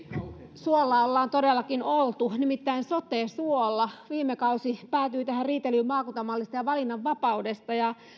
suolla ollaan todellakin oltu nimittäin sote suolla viime kausi päätyi tähän riitelyyn maakuntamallista ja valinnanvapaudesta ja